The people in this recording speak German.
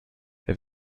wir